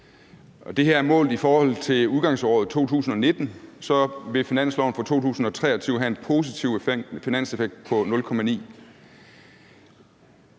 Det her er målt i forhold til udgangsåret 2019, og så vil finansloven for 2023 have en positiv finanseffekt på 0,9.